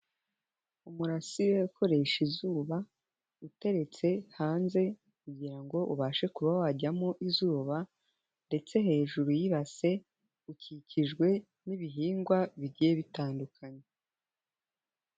Umurasire ukoresha izuba, uteretse hanze kugira ngo ubashe kuba wajyamo izuba ndetse hejuru y'ibase ukikijwe n'ibihingwa bigiye bitandukanye.